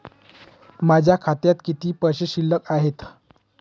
माझ्या खात्यात किती पैसे शिल्लक आहेत?